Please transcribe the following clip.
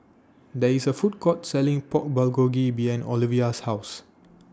There IS A Food Court Selling Pork Bulgogi behind Olivia's House